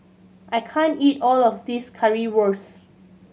I can't eat all of this Currywurst